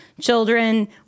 children